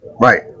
Right